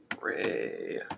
Ray